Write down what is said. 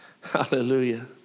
Hallelujah